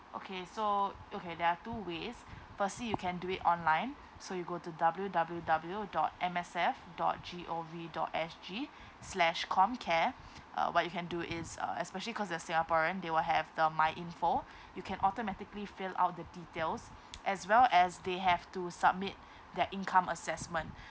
okay so okay there are two ways firstly you can do it online so you go to W W W dot M S F dot G O V dot S G slash comcare uh what you can do is uh especially cause they're singaporean they will have the myinfo you can automatically fill out the details as well as they have to submit their income assessment